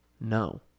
no